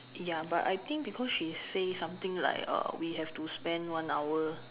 ya but I think because she say something like uh we have to spend one hour